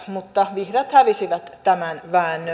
mutta vihreät hävisivät tämän väännön